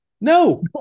no